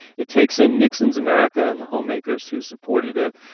it takes in nixon's america and the homemakers who supported it,